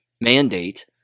mandate